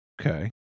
Okay